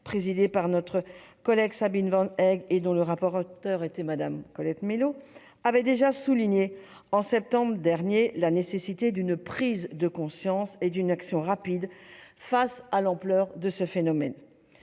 présidée par notre collègue Sabine Van Heghe et dont la rapporteure était Colette Mélot, avait souligné en septembre dernier la nécessité d'une prise de conscience et d'une action rapides face à l'ampleur de ce phénomène.